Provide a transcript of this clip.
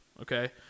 Okay